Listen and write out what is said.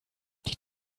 die